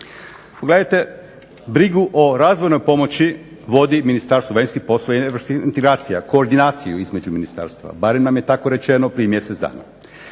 Pogledajte brigu o razvojnoj pomoći vodi Ministarstvo vanjskih poslova i europskih integracija, koordinaciju između ministarstva barem nam je tako rečeno prije mjesec dana.